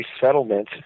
settlement